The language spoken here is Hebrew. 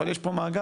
אבל יש פה מאגר,